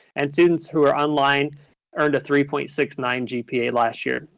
and students who are online earned a three point six nine gpa last year.